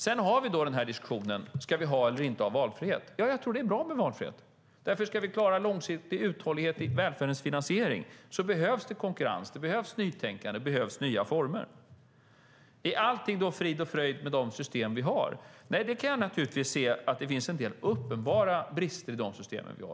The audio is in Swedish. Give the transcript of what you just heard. Sedan har vi diskussionen om valfrihet eller inte. Jag tror att det är bra med valfrihet. Om vi ska klara långsiktig uthållighet i finansieringen av välfärden behövs konkurrens, nytänkande och nya former. Är allt frid och fröjd med de system vi har? Jag kan naturligtvis se att det finns en del uppenbara brister i systemen.